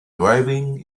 driving